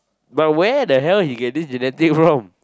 but where the hell he get this genetic from